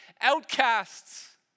outcasts